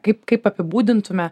kaip kaip apibūdintume